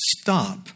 stop